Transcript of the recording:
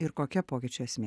ir kokia pokyčio esmė